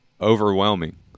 overwhelming